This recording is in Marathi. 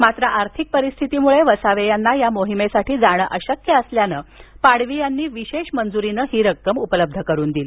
मात्र आर्थिक परिस्थितीमुळे वसावे यांना या मोहिमेसाठी जाणं अशक्य असल्यानं पाडवी यांनी विशेष मंजूरीनं ही रक्कम उपलब्ध करून दिली